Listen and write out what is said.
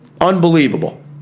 Unbelievable